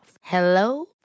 Hello